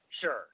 sure